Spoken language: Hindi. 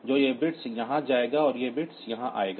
तो यह बिट्स यहां जाएगा और यह बिट यहां आएगा